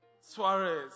Suarez